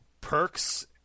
perks